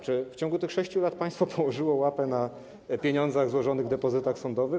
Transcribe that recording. Czy w ciągu tych 6 lat państwo położyło łapę na pieniądzach złożonych w depozytach sądowych?